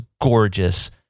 gorgeous